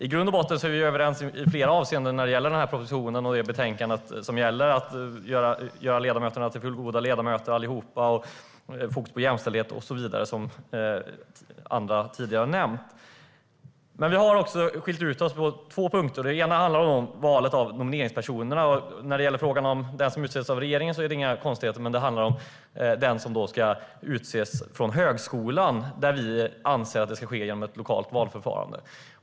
I grund och botten är vi överens i flera avseenden när det gäller propositionen och betänkandet om ledamöterna, om fokus på jämställdhet och så vidare, som andra tidigare har nämnt. Men vi skiljer ut oss på två punkter. Den ena handlar om valet av nomineringspersoner. Det är inga konstigheter med den nomineringsperson som utses av regeringen, men det handlar om den nomineringsperson som högskolan ska utse. Vi anser att det ska ske genom ett lokalt valförfarande.